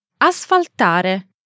Asfaltare